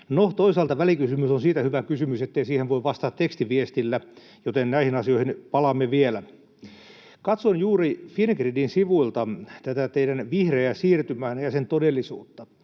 toisaalta välikysymys on siitä hyvä kysymys, ettei siihen voi vastata tekstiviestillä, joten näihin asioihin palaamme vielä. Katsoin juuri Fingridin sivuilta tätä teidän vihreää siirtymäänne ja sen todellisuutta.